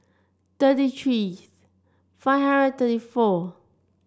thirty three five hundred thirty four